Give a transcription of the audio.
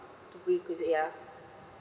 to yeah